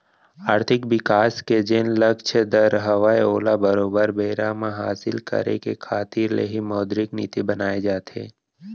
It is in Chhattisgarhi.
आरथिक बिकास के जेन लक्छ दर हवय ओला बरोबर बेरा म हासिल करे के खातिर ले ही मौद्रिक नीति बनाए जाथे